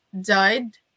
died